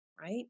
right